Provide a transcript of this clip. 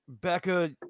Becca